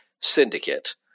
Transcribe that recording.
syndicate